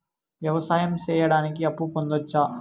వ్యవసాయం సేయడానికి అప్పు పొందొచ్చా?